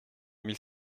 mille